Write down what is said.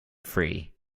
free